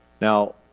Now